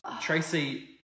Tracy